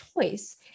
choice